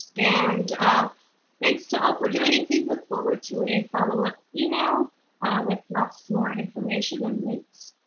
and thanks to all for joining. please look forward to a follow-up email with lots more information and links.